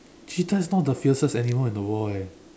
cheetah is not the fiercest animal in the world eh